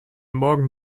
morgen